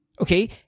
okay